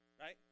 right